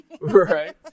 right